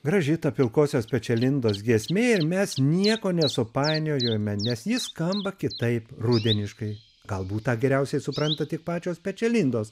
graži ta pilkosios pečialindos giesmė ir mes nieko nesupainiojome nes ji skamba kitaip rudeniškai galbūt tą geriausiai supranta tik pačios pečialindos